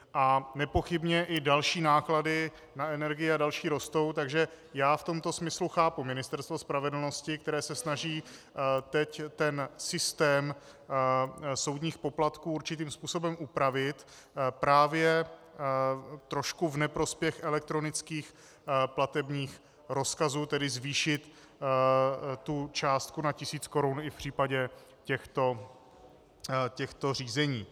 A nepochybně i další náklady, na energii a další, rostou, takže v tomto smyslu chápu Ministerstvo spravedlnosti, které se snaží ten systém soudních poplatků určitým způsobem upravit právě trošku v neprospěch elektronických platebních rozkazů, tedy zvýšit částku na 1 000 korun i v případě těchto řízení.